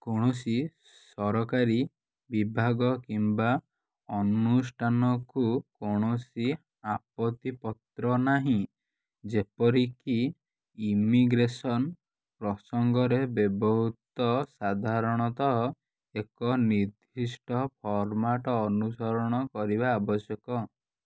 କୌଣସି ସରକାରୀ ବିଭାଗ କିମ୍ବା ଅନୁଷ୍ଠାନକୁ କୌଣସି ଆପତ୍ତି ପତ୍ର ନାହିଁ ଯେପରିକି ଇମିଗ୍ରେସନ୍ ପ୍ରସଙ୍ଗରେ ବ୍ୟବହୃତ ସାଧାରଣତଃ ଏକ ନିର୍ଦ୍ଦିଷ୍ଟ ଫର୍ମାଟ୍ ଅନୁସରଣ କରିବା ଆବଶ୍ୟକ